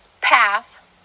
path